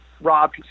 rob